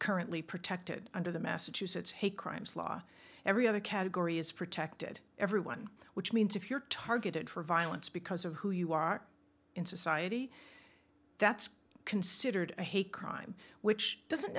currently protected under the massachusetts hate crimes law every other category is protected everyone which means if you're targeted for violence because of who you are in society that's considered a hate crime which doesn't